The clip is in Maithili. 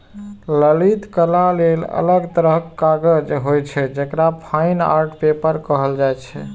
ललित कला लेल अलग तरहक कागज होइ छै, जेकरा फाइन आर्ट पेपर कहल जाइ छै